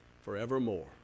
forevermore